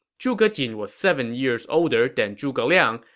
zhuge jin was seven years older than zhuge liang,